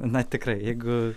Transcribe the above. na tikrai jeigu